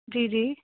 ਜੀ ਜੀ